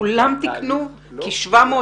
כולם תיקנו את הליקויים?